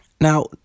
now